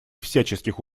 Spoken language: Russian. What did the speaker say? всяческих